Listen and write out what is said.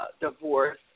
divorce